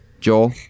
joel